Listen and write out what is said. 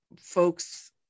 folks